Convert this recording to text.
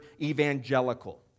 evangelical